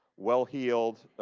well-heeled